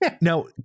Now